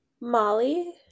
Molly